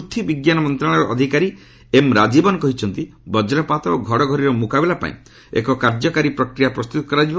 ପୃଥ୍ୱୀ ବିଜ୍ଞାନ ମନ୍ତ୍ରଶାଳୟର ଅଧିକାରୀ ଏମ୍ ରାଜିବନ୍ କହିଛନ୍ତି ବକ୍ରପାତ ଓ ଘଡ଼ଘଡ଼ିର ମୁକାବିଲା ପାଇଁ ଏକ କାର୍ଯ୍ୟକାରି ପ୍ରକ୍ରିୟା ପ୍ରସ୍ତୁତ କରାଯିବ